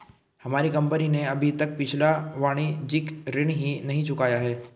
हमारी कंपनी ने अभी तक पिछला वाणिज्यिक ऋण ही नहीं चुकाया है